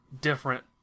different